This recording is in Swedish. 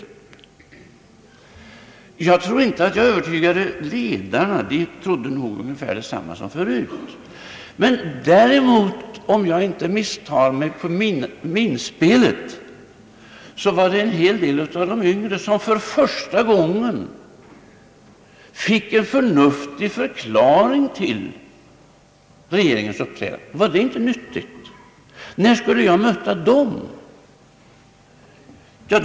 Jag tror inte jag övertygade ledarna — de ansåg nog detsamma som tidigare. Men om jag inte misstar mig på minspelet var det en hel del av de yngre, som för första gången fick en förnuftig förklaring till regeringens uppträdande. Var det inte nyttigt? När skulle jag möta dessa ungdomar?